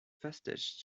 fastest